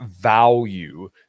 value